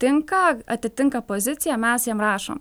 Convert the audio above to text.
tinka atitinka poziciją mes jam rašom